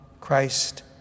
Christ